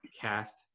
cast